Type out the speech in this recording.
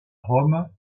rome